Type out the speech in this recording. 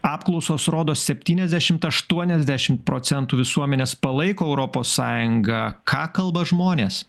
apklausos rodo septyniasdešimt aštuoniasdešimt procentų visuomenės palaiko europos sąjungą ką kalba žmonės